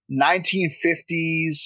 1950s